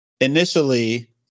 Initially